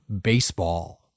baseball